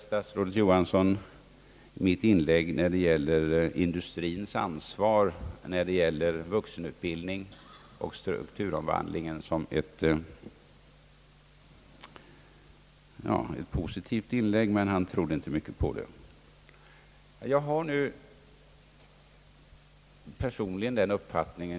Statsrådet Johansson uppfattade mitt inlägg när det gäller industriens ansvar, vuxenutbildningen och strukturomvandlingen som positivt, men han trodde inte mycket på det.